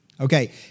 Okay